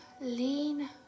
lean